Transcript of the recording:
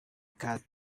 cat